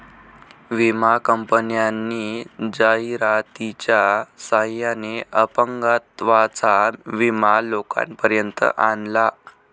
विमा कंपन्यांनी जाहिरातीच्या सहाय्याने अपंगत्वाचा विमा लोकांपर्यंत आणला